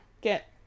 Get